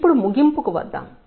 ఇప్పుడు ముగింపుకు వద్దాం